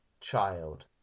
child